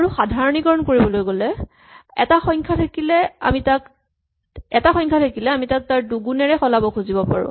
আৰু সাধাৰণীকৰণ কৰি ক'বলৈ গ'লে এটা সংখ্যা থাকিলে আমি তাক তাৰ দুগুণেৰে সলাব খুজিব পাৰো